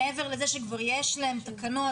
מעבר לזה שכבר יש להם תקנות,